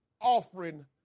offering